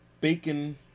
bacon